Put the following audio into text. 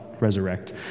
resurrect